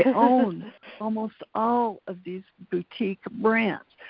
and own almost all of these boutique brands.